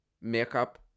makeup